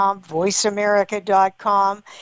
VoiceAmerica.com